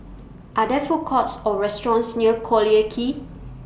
Are There Food Courts Or restaurants near Collyer Quay